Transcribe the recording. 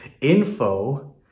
info